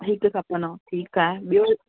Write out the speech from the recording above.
हिक खपंदव ठीकु आहे ॿियो